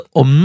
om